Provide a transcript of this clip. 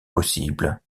possible